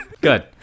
Good